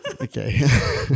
okay